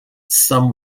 some